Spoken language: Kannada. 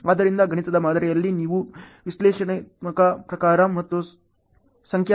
ಆದ್ದರಿಂದ ಗಣಿತದ ಮಾದರಿಗಳಲ್ಲಿ ನೀವು ವಿಶ್ಲೇಷಣಾತ್ಮಕ ಪ್ರಕಾರ ಮತ್ತು ಸಂಖ್ಯಾ ಪ್ರಕಾರವನ್ನು ಹೊಂದಿದ್ದೀರಿ